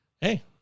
hey